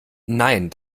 nein